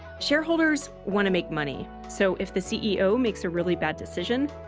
shareholders want to make money. so if the ceo makes a really bad decision,